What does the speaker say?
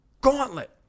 gauntlet